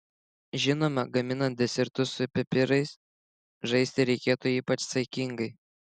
žinoma gaminant desertus su pipirais žaisti reikėtų ypač saikingai